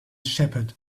shepherd